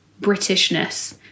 Britishness